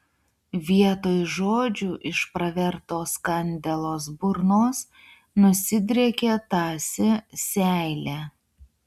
vietoj žodžių iš pravertos kandelos burnos nusidriekė tąsi seilė